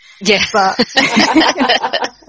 yes